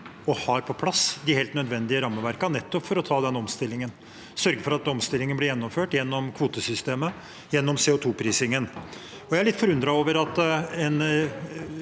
fått på plass de helt nødvendige rammeverkene for nettopp å ta den omstillingen og sørge for at omstillingen blir gjennomført gjennom kvotesystemet og CO2-prisingen. Jeg er litt forundret over at